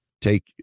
take